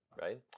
right